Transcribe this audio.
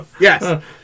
Yes